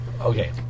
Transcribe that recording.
Okay